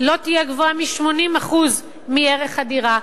לא תהיה גבוהה מ-80% מערך הדירה.